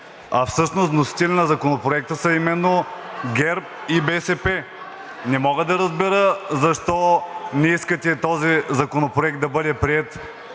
а всъщност вносители на Законопроекта са именно ГЕРБ и БСП. Не мога да разбера защо не искате този законопроект да бъде приет